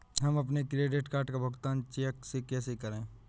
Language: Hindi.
हम अपने क्रेडिट कार्ड का भुगतान चेक से कैसे करें?